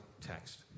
text